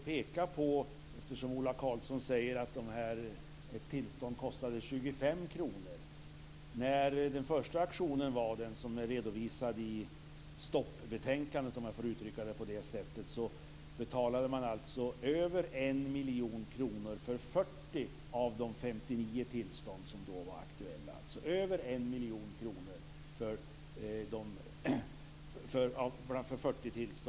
Ola Karlsson säger att ett tillstånd kostade 25 000 kr. När den första auktionen var, den som är redovisad i stoppbetänkandet om jag får uttrycka det på det sättet, betalade man över 1 miljon kronor för 40 av de 59 tillstånd som då var aktuella.